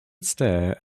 stare